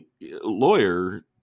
lawyer